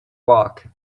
walk